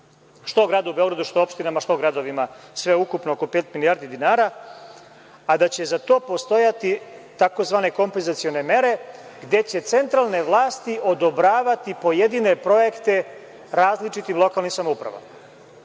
što gradu Beogradu, što opštinama, što gradovima, sveukupno oko pet milijardi dinara, a da će za to postojati tzv. kompenzacione mere gde će centralne vlasti odobravati pojedine projekte različitim lokalnim samoupravama.